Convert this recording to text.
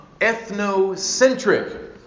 ethnocentric